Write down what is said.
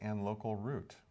and local route